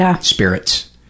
spirits